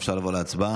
אפשר לעבור להצבעה?